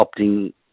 opting